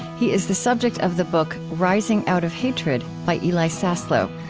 he is the subject of the book rising out of hatred by eli saslow.